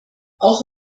auch